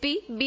P B